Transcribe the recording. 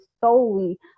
solely